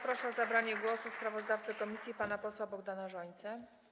Proszę o zabranie głosu sprawozdawcę komisji pana posła Bogdana Rzońcę.